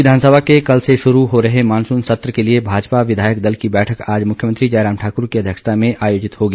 प्रदेश विधानसभा के कल से शुरू हो रहे मानसून सत्र के लिए भाजपा विधायक दल की बैठक आज मुख्यमंत्री जयराम ठाकुर की अध्यक्षता में आज आयोजित होगी